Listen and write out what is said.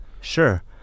Sure